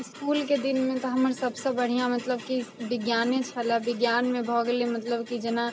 इसकुलके दिनमे तऽ हमर सबसँ बढ़िआँ मतलब कि विज्ञाने छलै विज्ञानमे भऽ गेलै मतलब कि जेना